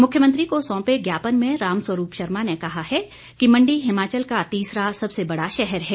मुख्यमंत्री को सौंपे ज्ञापन में रामस्वरूप शर्मा ने कहा है कि मण्डी हिमाचल का तीसरा सबसे बड़ा शहर है